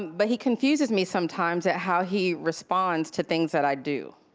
but he confuses me sometimes, at how he responds to things that i do.